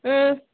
ம்